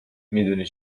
میدونی